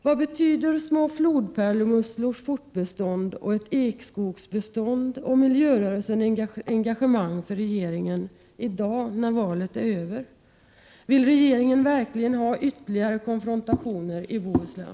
Vad betyder små flodpärlmusslors fortbestånd, ett ekskogsbestånd eller miljörörelsens engagemang för regeringen — i dag, när valet är över? Vill regeringen verkligen ha ytterligare konfrontationer i Bohuslän?